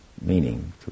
meaning